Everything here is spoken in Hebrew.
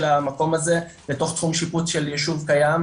המקום הזה לתוך תחום שיפוט של יישוב קיים,